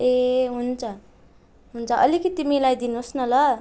ए हुन्छ हुन्छ अलिकति मिलाइदिनुहोस् न ल